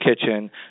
kitchen